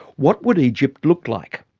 what would egypt look like?